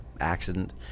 accident